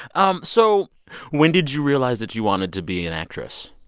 um so when did you realize that you wanted to be an actress,